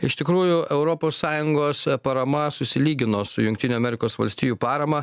iš tikrųjų europos sąjungos parama susilygino su jungtinių amerikos valstijų parama